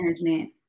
management